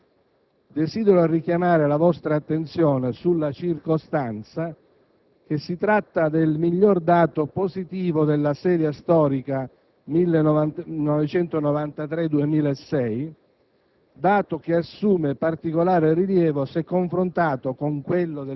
pari a 49.983 milioni di euro. Desidero richiamare la vostra attenzione sulla circostanza che si tratta del migliore dato positivo della serie storica 1993-2006;